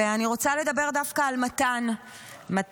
ואני רוצה לדבר דווקא על מתן צנגאוקר,